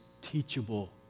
teachable